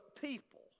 people